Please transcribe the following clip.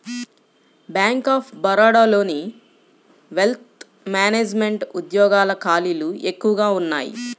bank of బరోడాలోని wealth management ఉద్యోగాల ఖాళీలు ఎక్కువగా ఉన్నయ్యి